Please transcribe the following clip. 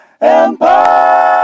empire